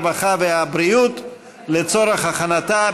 הרווחה והבריאות לצורך הכנתה,